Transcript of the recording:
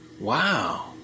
Wow